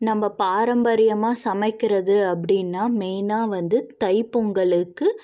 நம்ம பாரம்பரியமாக சமைக்கிறது அப்படின்னா மெய்னாக வந்து தைப் பொங்கலுக்கு